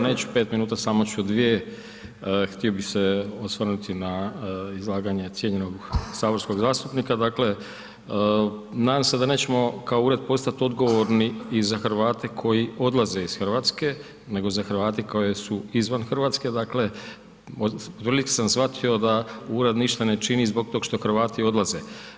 Neću 5 minuta, samo ću 2. Htio bih se osvrnuti na izlaganje cijenjenog saborskog zastupnika, dakle, nadam se da nećemo kao ured postati odgovorni i za Hrvate koji odlaze iz Hrvatske, nego za Hrvate koji su izvan Hrvatske, dakle od vrlih sam shvatio da ured ništa ne čini zbog tog što Hrvati odlaze.